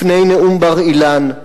לפני נאום בר-אילן,